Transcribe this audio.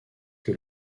que